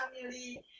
family